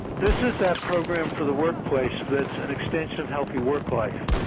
this is that program for the workplace that's an extension of healthy work life,